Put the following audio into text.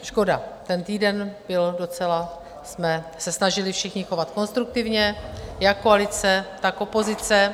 Škoda, ten týden byl... docela jsme se snažili všichni chovat konstruktivně, jak koalice, tak opozice.